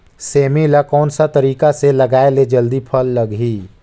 सेमी ला कोन सा तरीका से लगाय ले जल्दी फल लगही?